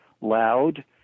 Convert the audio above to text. loud